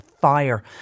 fire